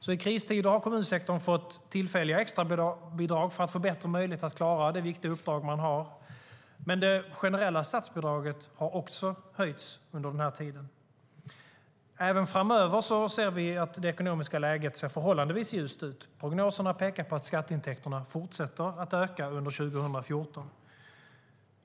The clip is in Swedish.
I kristider har kommunsektorn fått tillfälliga extrabidrag för att få bättre möjlighet att klara det viktiga uppdrag den har. Men det generella statsbidraget har också höjts under den här tiden. Även framöver ser det ekonomiska läget förhållandevis ljust ut. Prognoserna pekar på att skatteintäkterna fortsätter att öka under 2014.